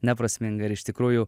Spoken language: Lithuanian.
neprasminga ir iš tikrųjų